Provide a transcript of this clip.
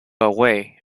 away